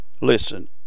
Listen